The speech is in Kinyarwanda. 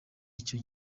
icyo